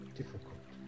difficult